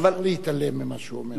אי-אפשר להתעלם ממה שהוא אומר.